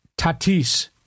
Tatis